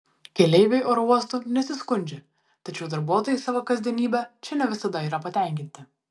keleiviai oro uostu nesiskundžia tačiau darbuotojai savo kasdienybe čia ne visada yra patenkinti